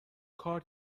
کار